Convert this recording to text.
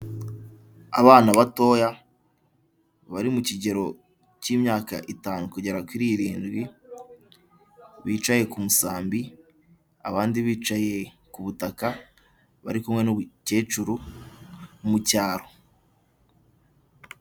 Abana batoya bari mu kigero cy'imyaka itanu kugera kuri irindwi bicaye ku musambi abandi bicaye ku butaka, bari kumwe n'umukecuru mu cyaro.